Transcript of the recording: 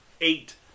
eight